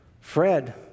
Fred